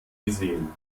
gesehen